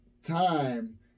time